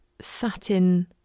satin